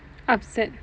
upset